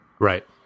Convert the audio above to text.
Right